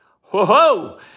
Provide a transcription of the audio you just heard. Whoa